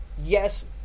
Yes